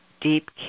deep